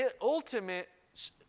ultimate